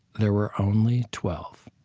there were only twelve.